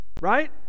right